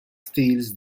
steals